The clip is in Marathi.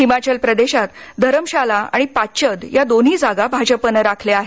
हिमाचल प्रदेशात धरमशाला आणि पाच्चद या दोन्ही जागा भाजपानं राखल्या आहेत